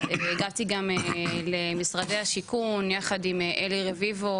הגעתי גם למשרדי השיכון ביחד עם אלי רביבו